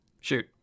Shoot